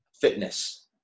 fitness